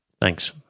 Thanks